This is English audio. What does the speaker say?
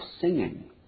singing